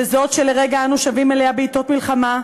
בזאת שלרגע אנו שבים אליה בעתות מלחמה,